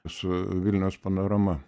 su vilniaus panorama